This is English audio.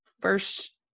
first